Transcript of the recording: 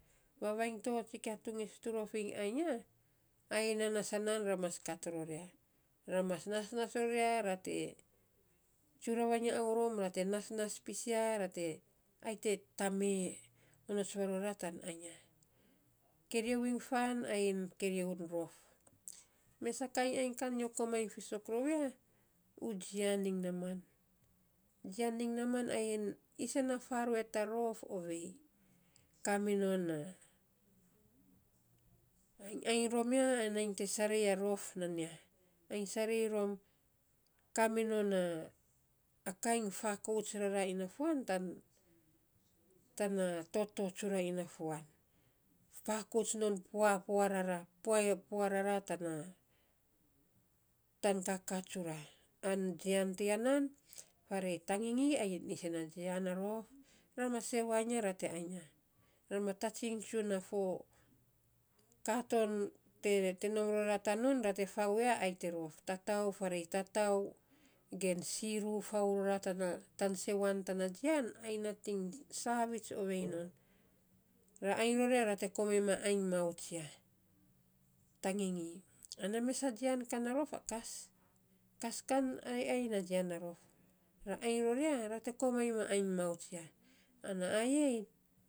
Vanainy to tsikia tu ngis tu rof iny ainy ya, ai non na sanaa ra mas kat ror ya. Ra mas nasnas ror ya ra te tsuravainy a aurom ra te nasnas pis ya ra te ai te tamee onoys varora tan ainy ya. Kerio iny fan ayein kerio rof. Mes a kain ainy kam nyo komainy fiisok rou ya, u jian iny naaman. Jian iny naaman ayein isen a faruet u rof ovei. Kaminon ayein ainy rom ya, ana nyi te sarei a rof nan ya ayein sarei rom kaminon a kaa in gakouts rara ina fuan tan tana toto tsura in a fuan fakouts non puapua rara pua pua rara tana tan kakaa tsura, an jian tiya nan faarei tangingi, a isen na jian na rof, ra ma sewai ya ra te ainy ya, ra ma tats iny tsuiny a foka ton te nom ro ra tanun ra te fau ya ai ta rof, tatau, faarei tatau, gen siiru fau ror ta sewan tana jian, ai nating saviits ovei non. Ra ainy ror ya, ra te komain ma ainy mauts ya, tangingi, ana mes a jian kan a rof a kas. Kas kan ai ai a jian na rof, ai ror ya, ra te komainy ma ainy mauts ya, ana ovei.